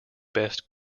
best